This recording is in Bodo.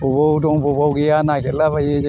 बबाव दं बबाव गैया नागिरला बायो जोङो